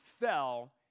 fell